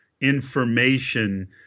information